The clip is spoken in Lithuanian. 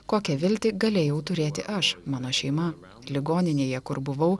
kokią viltį galėjau turėti aš mano šeima ligoninėje kur buvau